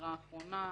החקירה האחרונה,